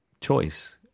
choice